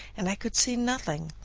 and i could see nothing,